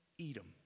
Edom